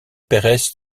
perez